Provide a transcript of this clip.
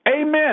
Amen